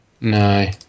No